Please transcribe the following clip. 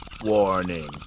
Warning